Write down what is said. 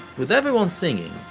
with everyone singing,